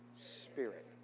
spirit